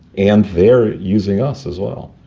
and they're using us as well.